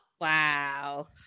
wow